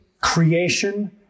creation